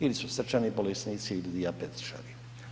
Ili su srčani bolesnici ili dijabetičari.